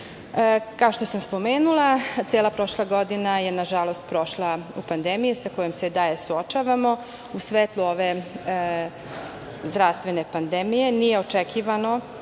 što sam spomenula, cela prošla godina je, nažalost, prošla u pandemiji, sa kojom se i dalje suočavamo. U svetlu ove zdravstvene pandemije nije neočekivano